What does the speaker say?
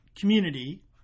community